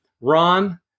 Ron